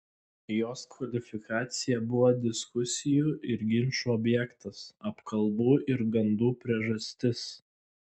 jos kvalifikacija buvo diskusijų ir ginčų objektas apkalbų ir gandų priežastis